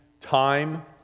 time